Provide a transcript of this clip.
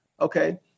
Okay